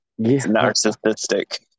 Narcissistic